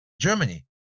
germany